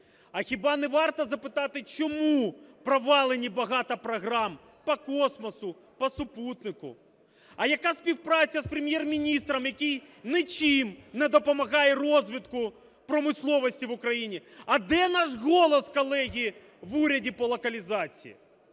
А хіба не варто запитати, чому провалено багато програм по космосу, по супутнику? А яка співпраця з Прем’єр-міністром, який нічим не допомагає розвитку промисловості в Україні? А де наш голос, колеги, в уряді по локалізації?